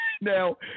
now